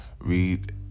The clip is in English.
read